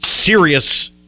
Serious